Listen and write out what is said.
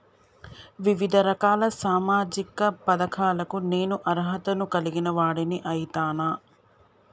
వివిధ రకాల సామాజిక పథకాలకు నేను అర్హత ను కలిగిన వాడిని అయితనా?